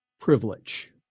privilege